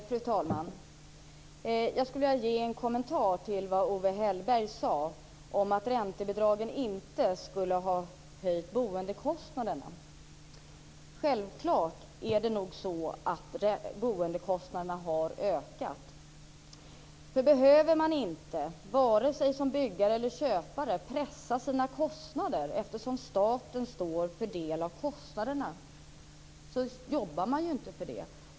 Fru talman! Jag skulle vilja kommentera det Owe Hellberg sade om att räntebidragen inte skulle ha höjt boendekostnaderna. Det är nog så att boendekostnaderna har ökat. Om varken byggare eller köpare behöver pressa sina kostnader, eftersom staten står för en del av dem, jobbar man ju inte för det.